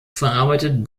verarbeitet